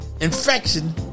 Infection